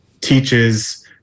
teaches